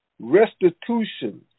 Restitution